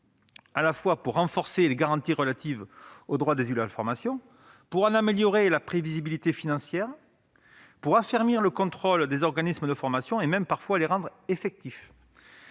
en vue de renforcer les garanties relatives aux droits des élus à la formation ; d'améliorer la prévisibilité financière du système ; d'affermir le contrôle des organismes de formation et même parfois les rendre effectifs,